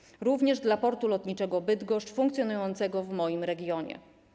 Dotyczy to również dla Portu Lotniczego Bydgoszcz funkcjonującego w moim regionie.